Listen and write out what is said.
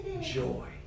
joy